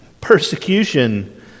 persecution